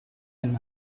and